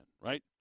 right